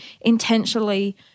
intentionally